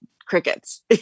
crickets